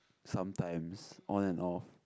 sometimes on and off